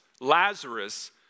Lazarus